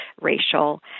racial